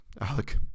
Alec